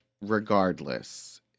Regardless